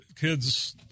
kids